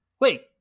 wait